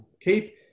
keep